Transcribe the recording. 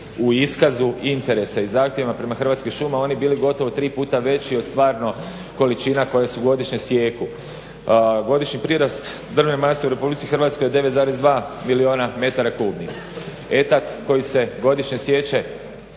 u iskazu interesa i zahtjevima prema Hrvatskim šumama oni bili gotovo tri puta veći od stvarno količina koja se godišnje sijeku. Godišnji prirast drvne mase u RH od 9,2 milijuna metara kubnih. Etat koji se godišnje siječe